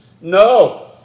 No